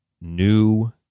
new